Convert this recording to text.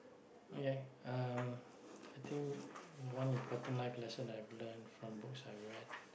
okay uh I think one important life lesson I've learnt from books I've read